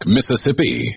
Mississippi